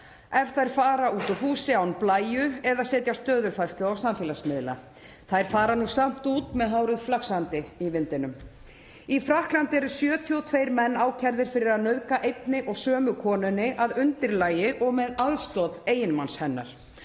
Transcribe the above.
ef þær fara út úr húsi án blæju eða setja stöðufærslu á samfélagsmiðla. Þær fara samt út með hárið flaksandi í vindinum. Í Frakklandi eru 72 menn ákærðir fyrir að nauðga einni og sömu konunni að undirlagi og með aðstoð eiginmanns hennar.